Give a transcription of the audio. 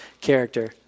character